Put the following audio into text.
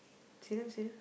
see them see them